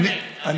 אני אענה,